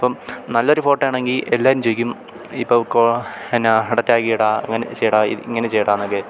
അപ്പം നല്ലൊരു ഫോട്ടോ ആണെങ്കിൽ എല്ലാവരും ചോദിക്കും ഇപ്പം കൊ എന്നാ എടാ ടാഗ് ചെയ്യടാ അങ്ങനെ ചെയ്യടാ ഇ ഇങ്ങനെ ചെയ്യട എന്നൊക്കെ